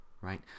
right